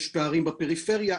יש פערים בפריפריה.